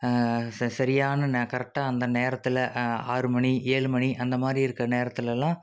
ச சரியான ந கரெக்டாக அந்த நேரத்தில் ஆறு மணி ஏழு மணி அந்தமாதிரி இருக்கிற நேரத்துலெலாம்